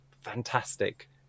Fantastic